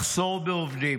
מחסור בעובדים.